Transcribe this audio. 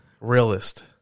realist